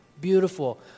Beautiful